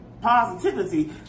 positivity